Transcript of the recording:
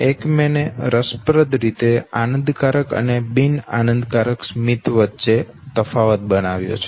Ekman એ રસપ્રદ રીતે આનંદકારક અને બિન આનંદકારક સ્મિત વચ્ચે તફાવત બનાવ્યો છે